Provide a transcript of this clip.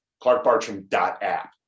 ClarkBartram.app